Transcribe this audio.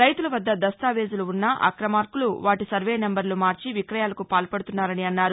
రైతుల వద్ద దస్తావేజులు ఉన్నా అక్రమార్యులు వాటీ సర్వే నంబర్లు మార్చి విక్రయాలకు పాల్పడుతున్నారని అన్నారు